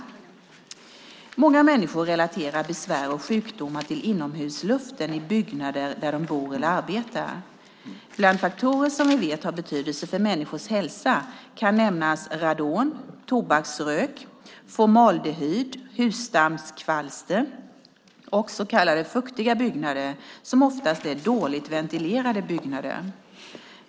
Många människor relaterar besvär och sjukdomar till inomhusluften i byggnader där de bor eller arbetar. Bland faktorer som vi vet har betydelse för människors hälsa kan nämnas radon, tobaksrök, formaldehyd, husdammskvalster och så kallade fuktiga byggnader, som oftast är dåligt ventilerade byggnader.